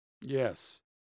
Yes